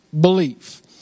belief